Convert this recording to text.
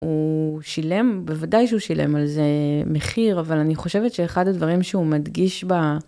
הוא שילם, בוודאי שהוא שילם על זה מחיר, אבל אני חושבת שאחד הדברים שהוא מדגיש בה